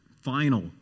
final